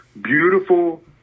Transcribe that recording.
beautiful